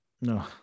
no